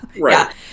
Right